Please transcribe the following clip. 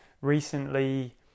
recently